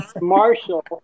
Marshall